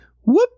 whoop